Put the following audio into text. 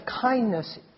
kindness